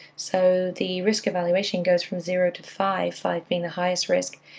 so the risk evaluation goes from zero to five, five being the highest risk.